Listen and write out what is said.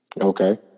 Okay